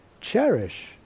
cherish